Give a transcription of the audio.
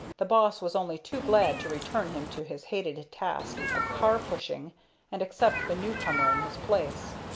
the boss was only too glad to return him to his hated task of car-pushing and accept the new-comer in his place.